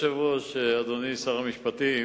אדוני היושב-ראש, אדוני שר המשפטים,